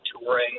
Touring